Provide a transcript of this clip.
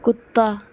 ਕੁੱਤਾ